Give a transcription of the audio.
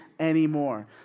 anymore